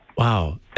Wow